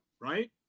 right